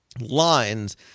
lines